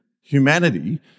humanity